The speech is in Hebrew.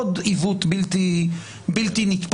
עוד עיוות בלתי נתפס.